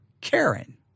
Karen